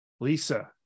Lisa